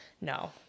No